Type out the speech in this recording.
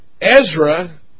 Ezra